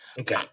Okay